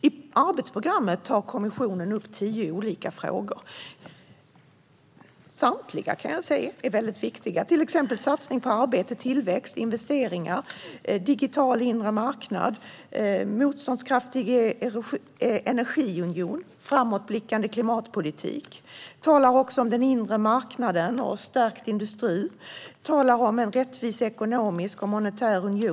I arbetsprogrammet tar kommissionen upp tio olika frågor. Samtliga är mycket viktiga, till exempel satsning på arbete, tillväxt, investeringar, en digital inre marknad, en motståndskraftig energiunion och en framåtblickande klimatpolitik. Man talar också om den inre marknaden och en stärkt industri. Man talar om en rättvis ekonomisk och monetär union.